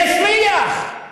זה הסריח.